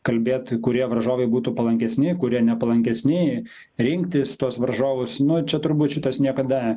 kalbėt kurie varžovai būtų palankesni kurie nepalankesni rinktis tuos varžovus nu čia turbūt šitas niekada